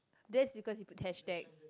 that's because you put hashtag